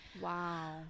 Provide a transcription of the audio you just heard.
Wow